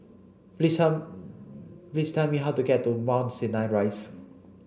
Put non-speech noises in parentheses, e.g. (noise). please tell (unintelligible) how to get to Mount Sinai Rise